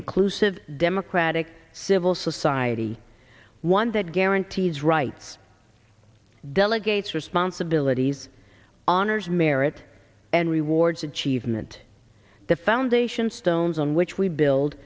inclusive democratic civil society one that guarantees rights delegates responsibilities honors merit and rewards achievement the foundation stones on which we build